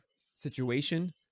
situation